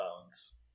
phones